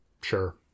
sure